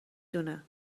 دونه